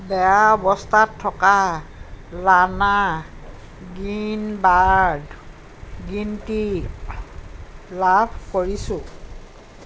বেয়া অৱস্থাত থকা লানা গ্ৰীণবাৰ্ড গ্ৰীণ টি লাভ কৰিছোঁ